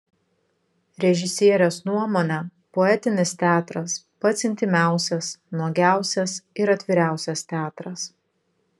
režisierės nuomone poetinis teatras pats intymiausias nuogiausias ir atviriausias teatras